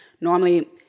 Normally